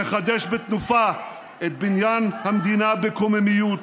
נחדש בתנופה את בניין המדינה בקוממיות,